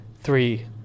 three